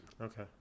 okay